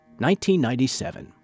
1997